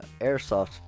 Airsoft